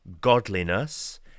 godliness